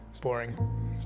boring